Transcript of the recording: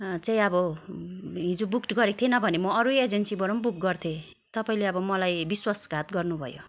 चाहिँ अब हिजो बुक्ड गरेको थिएँ न भने म अरू नै एजेन्सीबाट पनि बुक गर्थेँ तपाईँले अब मलाई विश्वासघात गर्नुभयो